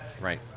Right